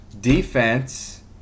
defense